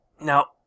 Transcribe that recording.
Now